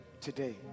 today